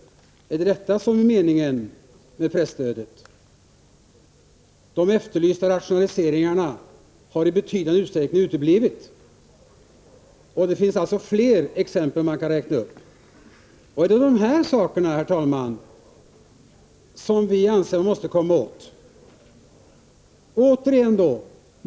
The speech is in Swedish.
Är det detta som är meningen med presstödet? De efterlysta rationaliseringarna har i betydande utsträckning uteblivit. Man kan anföra flera exempel på det. Det är det som vi anser att man måste komma åt.